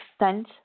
extent